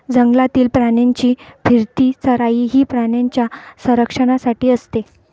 जंगलातील प्राण्यांची फिरती चराई ही प्राण्यांच्या संरक्षणासाठी असते